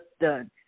done